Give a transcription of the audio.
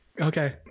Okay